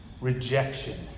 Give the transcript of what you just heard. Rejection